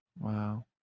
Wow